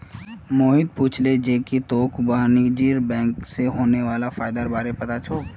मोहित पूछले जे की तोक वाणिज्यिक बैंक स होने वाला फयदार बार पता छोक